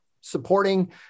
supporting